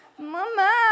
mama